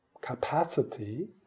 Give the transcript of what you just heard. capacity